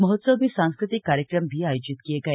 महोत्सव में सांस्कृतिक कार्यक्रम भी आयोजित किये गए